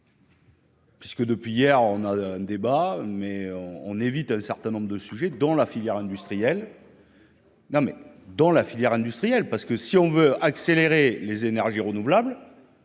Puisque, depuis hier, on a un débat mais on on évite un certain nombre de sujets dont la filière industrielle. Non, mais dans la filière industrielle, parce que si on veut accélérer les énergies renouvelables,